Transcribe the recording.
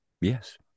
Yes